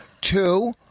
Two